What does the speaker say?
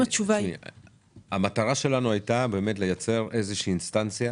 המטרה שלנו הייתה לייצר אינסטנציה